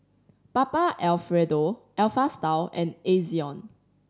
Papa Alfredo Alpha Style and Ezion